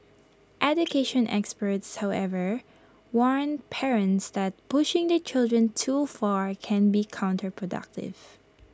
education experts however warn parents that pushing their children too far can be counterproductive